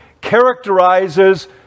characterizes